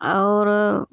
और